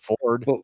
Ford